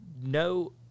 no